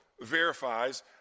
verifies